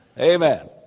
Amen